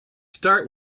start